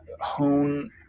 hone